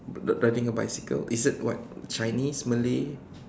r~ riding a bicycle is it what Chinese Malay